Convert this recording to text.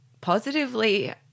positively